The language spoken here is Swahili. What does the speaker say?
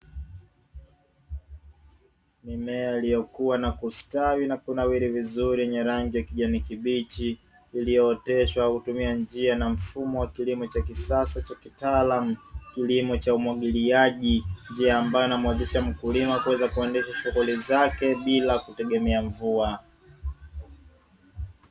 Mimea iliokua na kustawi na kunawiri vizuri yenye rangi ya kijani kibichi, iliyooteshwa kutumia njia na mfumo wa kilimo cha kisasa cha kitaalamu kilimo cha umwagiliaji, njia ambayo inamwezesha mkulima kuweza kuendesha shughuli zake bila kutegemea mvua.